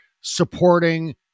supporting